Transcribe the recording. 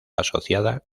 asociada